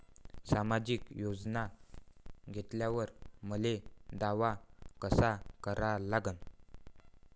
सामाजिक योजना घेतल्यावर मले दावा कसा करा लागन?